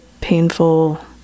painful